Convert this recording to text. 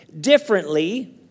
differently